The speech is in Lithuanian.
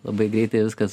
labai greitai viskas